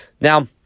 Now